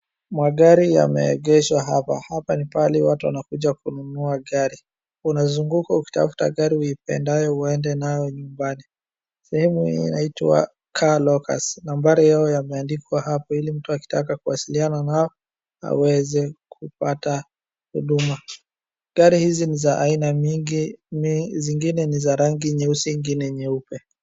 Magari yameegeshwa hapa. Hapa ni mahali watu wanakuja kununua gari unazunguka ukitafuta gari uipendayo uende nayo nyumbani sehemu hii inaitwa car locus nambari yao ya simu imeandikwa hapo ili mtu akitaka kuasiliana nao aweze kupata huduma. Gari hizi ni za aina mingi zingine ni za rangi nyeusi ingine nyeupe.